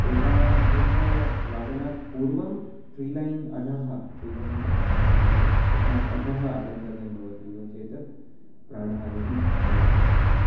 एकादशवादनात् पूर्वं tree line अधः tree line इति तस्य तस्मात् अधः आगन्तव्यं भवति नो चेत् प्राणहानिः भवितुमर्हति